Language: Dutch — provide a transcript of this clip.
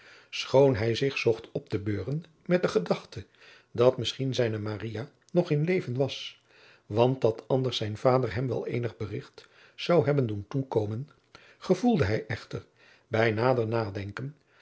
schoon hij zich zocht op te beuren met de gedachte dat misschien zijne maria nog in leven was want dat anders zijn vader hem wel eenig berigt zou hebben doen toekomen gevoelde hij echter bij nader nadenken